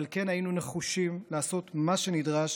אבל כן היינו נחושים לעשות מה שנדרש